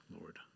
Lord